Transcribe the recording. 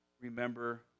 Remember